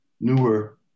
newer